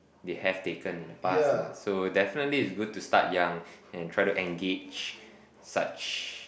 they have taken in the past lah so definitely it's good to start young and try to engage such